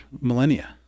millennia